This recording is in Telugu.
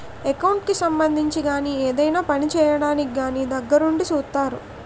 ఎకౌంట్ కి సంబంధించి గాని ఏదైనా పని చేయడానికి కానీ దగ్గరుండి సూత్తారు